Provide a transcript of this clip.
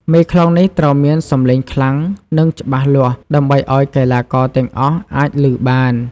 មេខ្លោងនេះត្រូវមានសម្លេងខ្លាំង និងច្បាស់លាស់ដើម្បីឲ្យកីឡាករទាំងអស់អាចឮបាន។